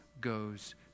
goes